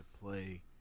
play